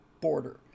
border